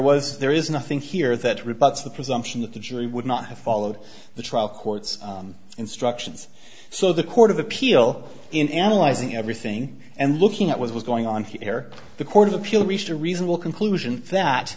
was there is nothing here that rebuts the presumption that the jury would not have followed the trial court's instructions so the court of appeal in analyzing everything and looking at what was going on here the court of appeal reached a reasonable conclusion that